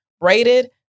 braided